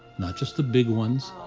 not just the big ones,